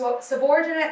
subordinate